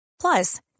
Plus